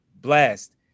blast